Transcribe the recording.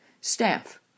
staff